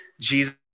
Jesus